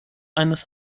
eines